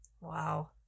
wow